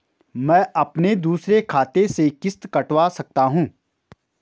मैं अपने दूसरे खाते से किश्त कटवा सकता हूँ?